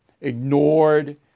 ignored